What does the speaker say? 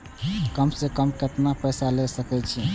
कम से कम केतना पैसा ले सके छी?